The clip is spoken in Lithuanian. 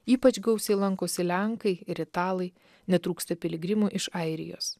ypač gausiai lankosi lenkai ir italai netrūksta piligrimų iš airijos